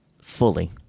fully